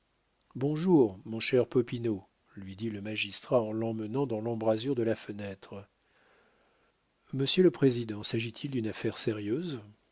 bonjour mon cher popinot lui dit le magistrat en l'emmenant dans l'embrasure de la fenêtre monsieur le président s'agit-il d'une affaire sérieuse